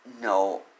no